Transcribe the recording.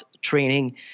training